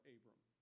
Abram